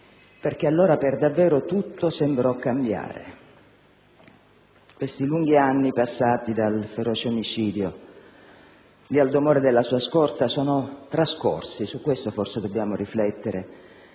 allora per davvero tutto sembrò cambiare. Questi lunghi anni passati dal feroce omicidio di Aldo Moro e della sua scorta sono trascorsi - su questo forse dobbiamo riflettere